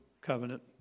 covenant